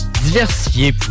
Diversifié